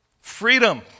freedom